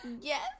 Yes